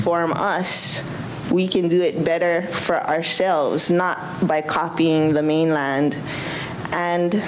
on us we can do it better for ourselves not by copying the mainland and